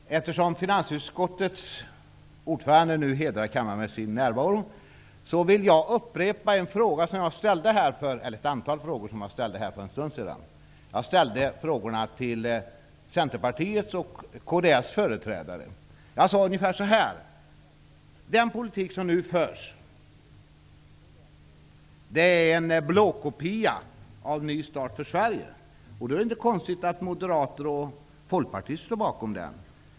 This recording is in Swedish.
Herr talman! Eftersom finansutskottets ordförande nu hedrar kammaren med sin närvaro vill jag upprepa ett antal frågor som jag ställde för den stund sedan till Centerpartiets och kds företrädare. Jag sade: Den politik som nu förs är en blåkopia av Ny start för Sverige. Det är inte konstigt att moderater och folkpartister står bakom den.